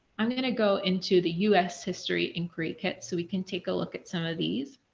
i'm going to go into the us history and create kits. so, we can take a look at some of these.